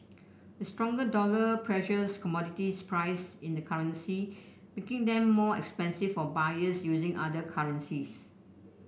a stronger dollar pressures commodities price in the currency making them more expensive for buyers using other currencies